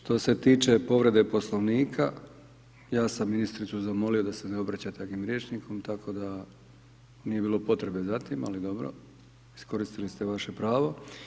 Što se tiče povrede poslovnika, ja sam ministricu zamolio da se ne obraća takvim rječnikom, tako da nije bilo potrebe za tim, ali dobro, iskoristili ste vaše pravo.